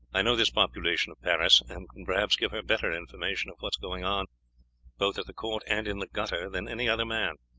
i know this population of paris, and can perhaps give her better information of what is going on both at the court and in the gutter than any other man,